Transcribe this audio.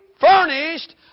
furnished